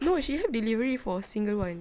no she have delivery for single one